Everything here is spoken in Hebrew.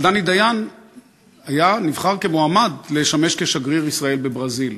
אבל דני דיין נבחר כמועמד לשמש שגריר ישראל בברזיל,